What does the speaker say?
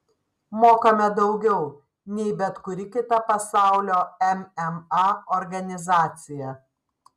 mokame daugiau nei bet kuri kita pasaulio mma organizacija